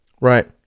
Right